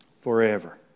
forever